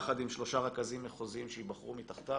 יחד עם שלושה רכזים מחוזיים שייבחרו מתחתיו.